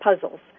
puzzles